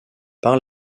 par